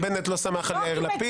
ובנט לא סמך יאיר לפיד.